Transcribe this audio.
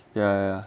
ya